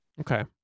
Okay